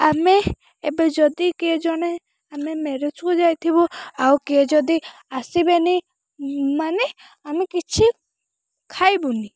ଆମେ ଏବେ ଯଦି କିଏ ଜଣେ ଆମେ ମ୍ୟାରେଜ୍କୁ ଯାଇଥିବୁ ଆଉ ଯଦି ଆସିବେନି ମାନେ ଆମେ କିଛି ଖାଇବୁନି